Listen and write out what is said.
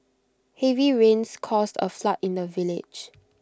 heavy rains caused A flood in the village